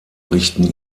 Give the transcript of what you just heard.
richten